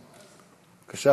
בבקשה,